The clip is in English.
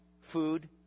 food